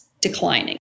declining